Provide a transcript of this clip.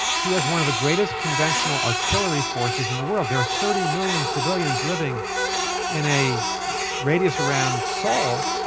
he has one of the greatest conventional artillery forces in the world. there are thirty million civilians living in a radius around seoul.